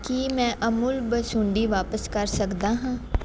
ਕੀ ਮੈਂ ਅਮੂਲ ਬਸੁੰਡੀ ਵਾਪਸ ਕਰ ਸਕਦਾ ਹਾਂ